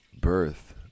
birth